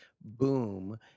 boom